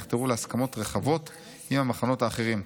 יחתרו להסכמות רחבות עם המחנות האחרים".